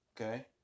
Okay